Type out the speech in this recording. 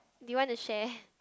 do you want to share